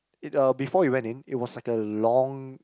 it uh before we went in it was like a long